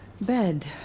bed